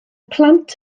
plant